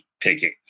taking